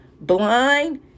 blind